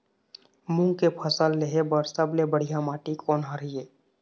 मूंग के फसल लेहे बर सबले बढ़िया माटी कोन हर ये?